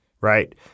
right